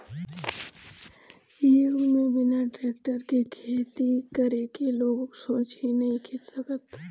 इ युग में बिना टेक्टर के खेती करे के लोग सोच ही नइखे सकत